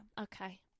Okay